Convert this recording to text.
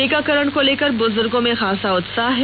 टीकाकरण को लेकर ब्जुर्गो में खासा उत्साह है